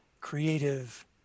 creative